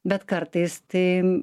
bet kartais tai